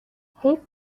حیف